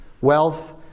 wealth